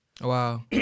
Wow